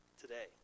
today